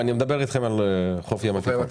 אני מדבר אתכם על חוף הים התיכון.